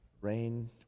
rain—